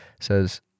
says